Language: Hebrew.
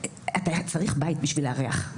אתה צריך בית בשביל לארח.